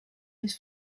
his